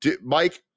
Mike